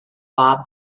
bob